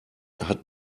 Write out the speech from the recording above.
hat